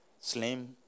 slim